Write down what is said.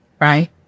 right